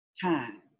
time